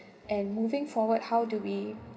and moving forward how do we